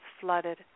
flooded